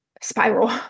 spiral